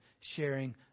sharing